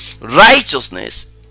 Righteousness